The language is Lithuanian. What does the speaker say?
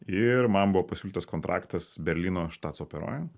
ir man buvo pasiūlytas kontraktas berlyno štatsoperoj